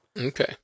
Okay